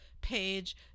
page